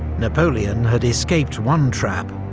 napoleon had escaped one trap,